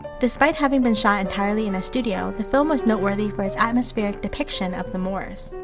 despite having been shot entirely in a studio, the film was noteworthy for its atmospheric depiction of the moors.